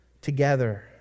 together